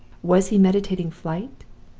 was he meditating flight?